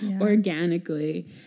organically